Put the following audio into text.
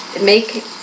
Make